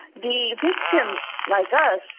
the victims, like us,